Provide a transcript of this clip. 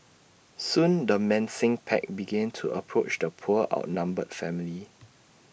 soon the mincing pack began to approach the poor outnumbered family